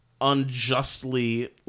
unjustly